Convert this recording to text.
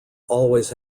always